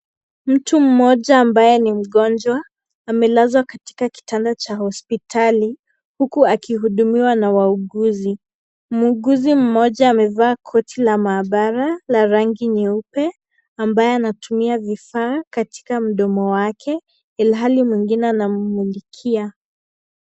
Mtu mmoja ambaye ni mgonjwa, amelazwa katika kitanda cha hospitali, huku akihudumiwa na wauguzi. Muuguzi mmoja amevaa koti la mahabara la rangi nyeupe, ambaye anatumia vifaa katika mdomo wake, ilhali mwingine anammulikia.